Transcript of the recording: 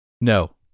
No